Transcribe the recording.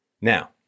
Now